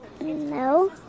No